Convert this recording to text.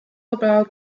about